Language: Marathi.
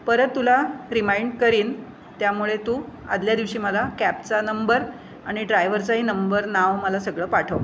परत तुला रिमाइंड करीन त्यामुळे तू आधल्या दिवशी मला कॅबचा नंबर आणि ड्रायवरचाही नंबर नाव मला सगळं पाठव